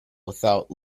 without